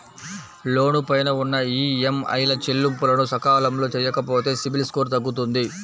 లోను పైన ఉన్న ఈఎంఐల చెల్లింపులను సకాలంలో చెయ్యకపోతే సిబిల్ స్కోరు తగ్గుతుంది